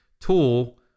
tool